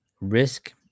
risk